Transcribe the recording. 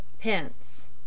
pence